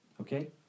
Okay